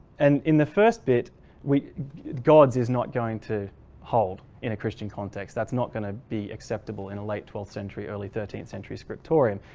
and in the first bit we gods is not going to hold in a christian context. that's not going to be acceptable in a late twelfth century early thirteenth century scriptorium.